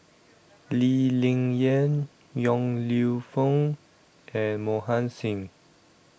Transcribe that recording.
Lee Ling Yen Yong Lew Foong and Mohan Singh